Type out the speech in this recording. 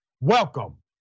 welcome